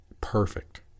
perfect